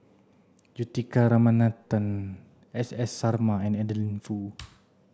Juthika Ramanathan S S Sarma and Adeline Foo